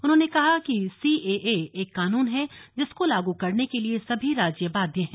उन्होंने कहा कि सीएए एक कानून है जिसको लागू करने के लिए सभी राज्य बाध्य है